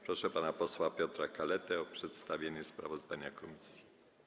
Proszę pana posła Piotra Kaletę o przedstawienie sprawozdania komisji.